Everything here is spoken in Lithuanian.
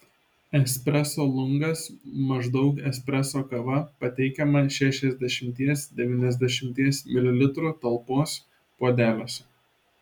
espreso lungas maždaug espreso kava pateikiama šešiasdešimties devyniasdešimties mililitrų talpos puodeliuose